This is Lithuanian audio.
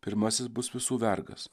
pirmasis bus visų vergas